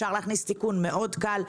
ואפשר להכניס תיקון מאוד קל.